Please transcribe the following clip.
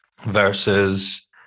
versus